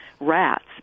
rats